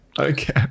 okay